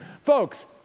Folks